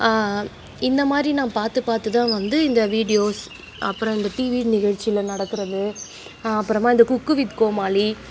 இந்தமாதிரி நான் பார்த்து பார்த்து தான் இந்த வீடியோஸ் அப்புறம் இந்த டிவி நிகழ்ச்சியில் நடக்கிறது அப்புறமா இந்த குக்கு வித் கோமாளி